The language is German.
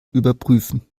überprüfen